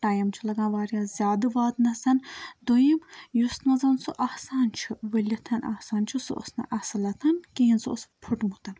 time چھِ لَگان واریاہ زیادٕ واتنَس دوٚیُِم یُس منٛز سُہ آسان چھُ ؤلِتھ آسان چھُ سُہ اوس نہٕ اَصٕل کِہیٖنۍ سُہ اوس پھُٹمُت